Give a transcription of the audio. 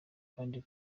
kandi